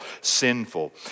sinful